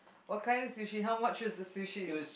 what kind of sushi how much is the sushi